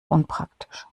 unpraktisch